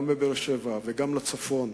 גם לבאר-שבע וגם לצפון,